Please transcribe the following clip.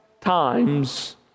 times